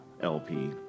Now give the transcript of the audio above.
LP